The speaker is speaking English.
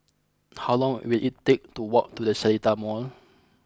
how long will it take to walk to the Seletar Mall